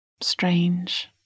Strange